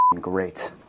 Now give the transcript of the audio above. great